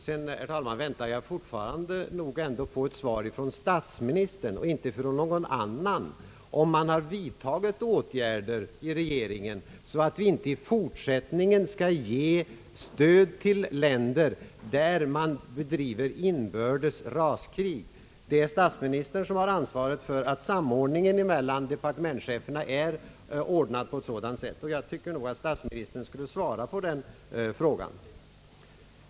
Vidare väntar jag fortfarande på ett svar från statsministern och inte från någon annan på frågan om regeringen har vidtagit åtgärder för att vi i fortsättningen inte skall ge stöd åt länder där man bedriver inbördes raskrig. Det är statsministern som har ansvaret för att samordningen mellan departementscheferna är ordnad på ett sådant sätt, och jag tycker nog att statsministern borde svara på frågan.